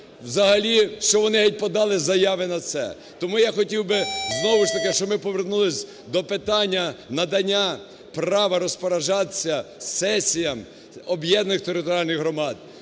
взагалі, що вони подали заяви на це. Тому я хотів би знову ж таки, щоб ми повернулись до питання надання права розпоряджатись сесіям об'єднаних територіальних громад,